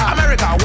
America